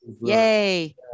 Yay